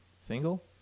Single